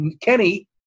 Kenny